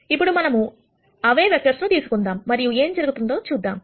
ఇప్పుడు మనము అవే వెక్టర్స్ ను తీసుకుందాం మరియు ఏం జరుగుతుందో చూద్దాం